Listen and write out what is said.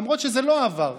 ולמרות שזה לא עבר,